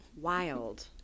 Wild